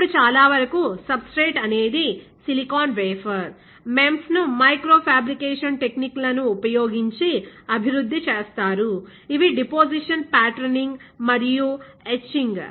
ఇప్పుడు చాలావరకు సబ్స్ట్రేట్ అనేది సిలికాన్ వేఫర్ MEMS ను మైక్రో ఫాబ్రికేషన్ టెక్నిక్లను ఉపయోగించి అభివృద్ధి చేస్తారు ఇవి డిపోసిషన్ పాటర్న్యింగ్ మరియు ఎచ్చింగ్